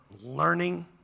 learning